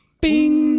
Bing